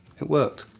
it worked.